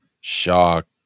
shock